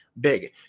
big